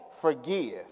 forgive